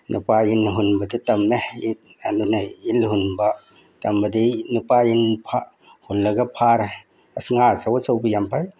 ꯅꯨꯄꯥ ꯏꯟ ꯍꯨꯟꯕꯗꯨ ꯇꯝꯃꯦ ꯏꯟ ꯑꯗꯨꯅ ꯏꯟ ꯍꯨꯟꯕ ꯇꯝꯕꯗꯤ ꯅꯨꯄꯥ ꯏꯟ ꯍꯨꯜꯂꯒ ꯐꯥꯔꯦ ꯑꯁ ꯉꯥ ꯑꯆꯧ ꯑꯆꯧꯕ ꯌꯥꯝ ꯐꯥꯏ